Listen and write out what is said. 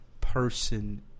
person